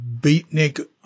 Beatnik